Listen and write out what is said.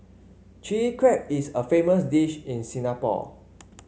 Chilli Crab is a famous dish in Singapore